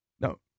No